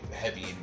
heavy